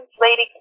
Lady